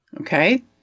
Okay